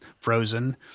frozen